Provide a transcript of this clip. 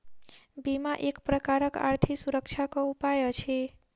बीमा एक प्रकारक आर्थिक सुरक्षाक उपाय अछि